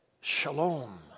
Shalom